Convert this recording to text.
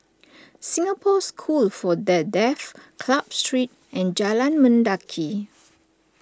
Singapore School for the Deaf Club Street and Jalan Mendaki